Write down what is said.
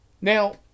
Now